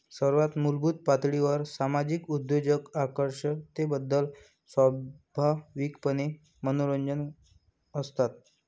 सर्वात मूलभूत पातळीवर सामाजिक उद्योजक आकर्षकतेबद्दल स्वाभाविकपणे मनोरंजक असतात